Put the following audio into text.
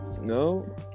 No